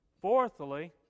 Fourthly